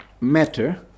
matter